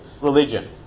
religion